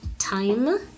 time